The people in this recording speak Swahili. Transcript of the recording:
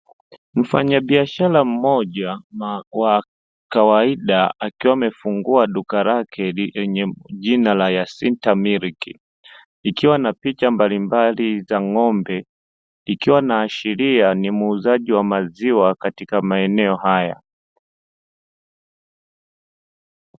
Mfanyabiashara mmoja wa kawaida, akiwa amefungua duka lake lenye jina la "YASINTA MILK", likiwa na picha mbalimbali za ng'ombe, likiwa linaashiria kuwa ni muuzaji wa maziwa katika maeneo haya.